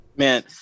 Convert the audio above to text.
Man